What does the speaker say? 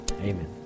Amen